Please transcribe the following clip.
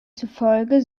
zufolge